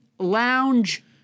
lounge